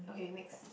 okay next